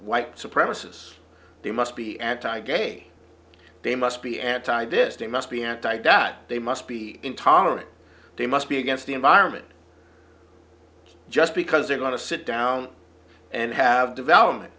white supremacists they must be anti gay they must be anti distant must be anti dat they must be intolerant they must be against the environment just because they're going to sit down and have development